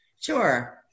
Sure